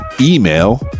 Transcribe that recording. email